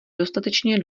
dostatečně